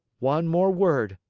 one more word,